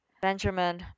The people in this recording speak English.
Benjamin